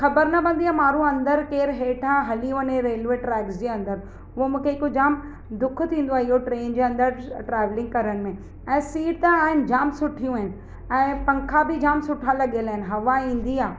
ख़बर न पवंदी आहे माण्हू अंदरि केरु हेठां हली वञे रेल्वे ट्रेक्स जे अंदरि उहो मूंखे हिकु जाम दुख थींदो आहे इहो ट्रेन जे अंदरि ट्रावेलिंग करण में ऐं सीट आहिनि जाम सुठियूं आहिनि ऐं पंखा बि जाम सुठा लॻियल आहिनि हवा ईंदी आहे